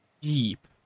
deep